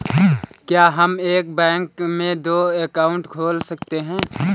क्या हम एक बैंक में दो अकाउंट खोल सकते हैं?